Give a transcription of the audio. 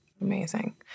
Amazing